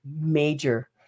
major